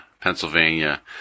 Pennsylvania